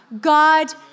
God